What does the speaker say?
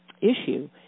issue